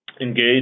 engage